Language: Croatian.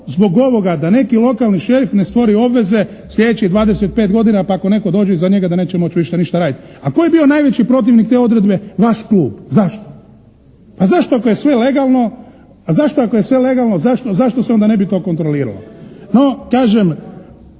zbog ovoga da neki lokalni šerif ne stvori obveze sljedećih 25 godina pa ako netko dođe iza njega da neće moći više ništa raditi. A tko je bio najveći protivnik te odredbe? Vaš klub. Zašto? A zašto ako je sve legalno, zašto se onda ne bi to kontroliralo? No kažem,